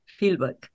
fieldwork